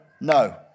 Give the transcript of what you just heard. no